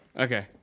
Okay